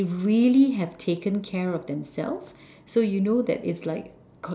they really have taken care of themselves so you know that it's like